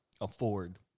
afford